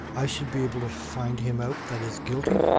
i should be able to find him out that is guilty?